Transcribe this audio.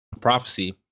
prophecy